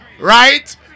right